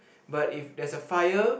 but if there's a fire